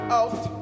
out